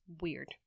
weird